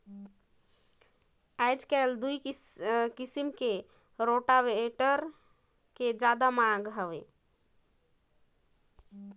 आयज कायल दूई किसम के रोटावेटर के जादा मांग हे